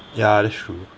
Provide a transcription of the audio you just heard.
ya that's true mm mm